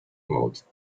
mode